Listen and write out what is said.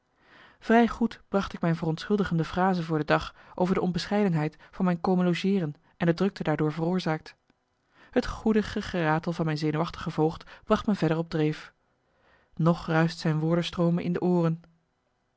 vrij goed bracht ik mijn verontschuldigende frasen voor den dag over de onbescheidenheid van mijn marcellus emants een nagelaten bekentenis komen logeeren en de drukte daardoor veroorzaakt het goedige geratel van mijn zenuwachtige voogd bracht me verder op dreef nog ruischt zijn woordenstroom me in de ooren